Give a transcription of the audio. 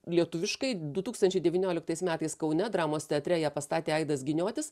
lietuviškai du tūkstančiai devynioliktais metais kaune dramos teatre ją pastatė aidas giniotis